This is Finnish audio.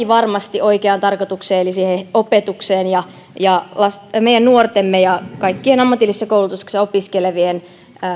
varmasti oikeaan tarkoitukseen eli siihen opetukseen ja meidän nuortemme ja kaikkien ammatillisessa koulutuksessa opiskelevien